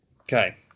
Okay